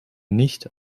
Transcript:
nicht